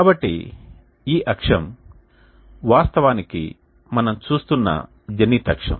కాబట్టి ఈ అక్షం వాస్తవానికి మనం చూస్తున్న జెనిత్ అక్షం